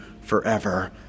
forever